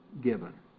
given